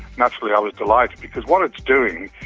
naturally i was delighted, because what it's doing,